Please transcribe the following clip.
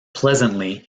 pleasantly